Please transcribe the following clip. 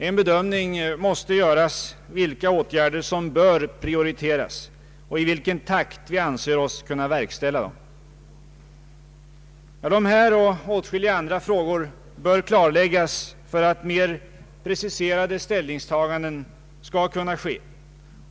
En bedömning måste göras, vilka åtgärder som bör prioriteras och i vilken takt vi anser oss kunna verkställa dem. Dessa och åtskilliga andra frågor bör klarläggas för att mera preciserade ställningstaganden skall kunna ske.